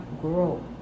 grow